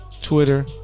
Twitter